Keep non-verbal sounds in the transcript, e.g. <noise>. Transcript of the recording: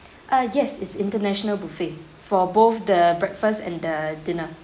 <breath> uh yes it's international buffet for both the breakfast and the dinner